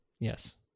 Yes